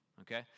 Okay